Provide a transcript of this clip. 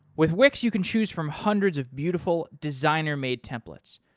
with wix, you can choose from hundreds of beautiful designer made templates.